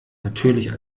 natürlich